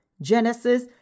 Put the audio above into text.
Genesis